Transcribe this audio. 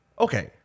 okay